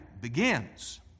begins